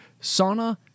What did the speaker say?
sauna